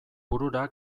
burura